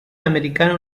americano